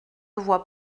vois